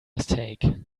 mistake